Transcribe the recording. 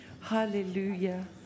Hallelujah